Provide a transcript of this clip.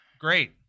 great